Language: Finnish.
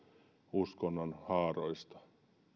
uskonnon haaroista